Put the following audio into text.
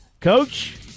Coach